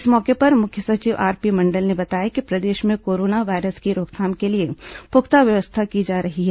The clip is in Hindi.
इस मौके पर मुख्य सचिव आरपी मंडल ने बताया कि प्रदेश में कोरोना वायरस की रोकथाम के लिए पुख्ता व्यवस्था की जा रही है